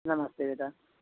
नमस्ते बेटा